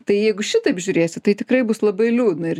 tai jeigu šitaip žiūrėsi tai tikrai bus labai liūdna ir